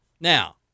Now